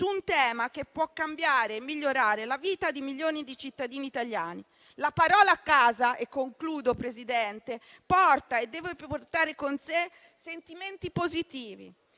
un tema che può cambiare e migliorare la vita di milioni di cittadini italiani. La parola "casa" porta e deve portare con sé sentimenti positivi,